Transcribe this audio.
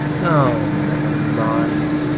oh. nevermind.